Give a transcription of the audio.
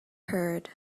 heard